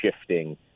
shifting